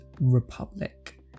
Republic